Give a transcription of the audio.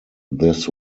this